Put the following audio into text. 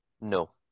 No